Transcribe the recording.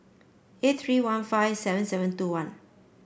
eight three one five seven seven two one